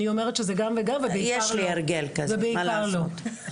אני אומרת שגם וגם, ובעיקר לא.